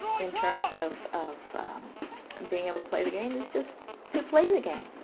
in terms of of being able to play the game is just to play the game.